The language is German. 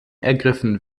ergriffen